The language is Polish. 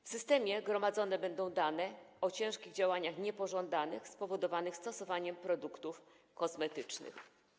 W systemie gromadzone będą dane o ciężkich działaniach niepożądanych spowodowanych stosowaniem produktów kosmetycznych.